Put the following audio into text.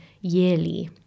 yearly